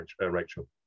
Rachel